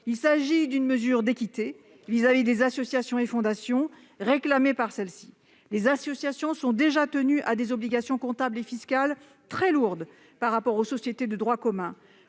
Il s'agit d'une mesure d'équité vis-à-vis des associations et des fondations, que celles-ci ont réclamée. Les associations sont déjà tenues à des obligations comptables et fiscales très lourdes par rapport aux sociétés de droit commun.